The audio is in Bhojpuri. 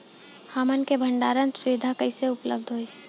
हमन के भंडारण सुविधा कइसे उपलब्ध होई?